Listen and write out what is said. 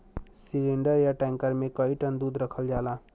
cylinder या tanker मे कई टन दूध रखल जाला